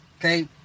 okay